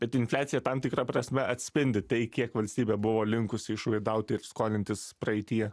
bet infliacija tam tikra prasme atspindi tai kiek valstybė buvo linkusi išlaidauti ir skolintis praeityje